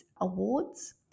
awards